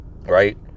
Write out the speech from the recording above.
right